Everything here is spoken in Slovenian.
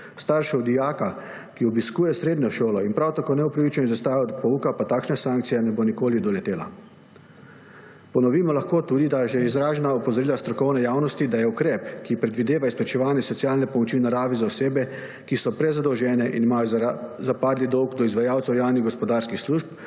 Staršev dijaka, ki obiskuje srednjo šolo in prav tako neopravičeno izostaja od pouka, pa takšna sankcija ne bo nikoli doletela. Ponovimo lahko tudi že izražena opozorila strokovne javnosti, da ukrep, ki predvideva izplačevanje socialne pomoči v naravi za osebe, ki so prezadolžene in imajo zapadli dolg do izvajalcev javnih gospodarskih služb,